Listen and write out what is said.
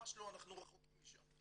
ממש לא, אנחנו רחוקים משם.